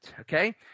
Okay